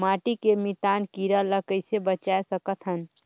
माटी के मितान कीरा ल कइसे बचाय सकत हन?